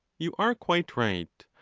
you are quite right,